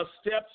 steps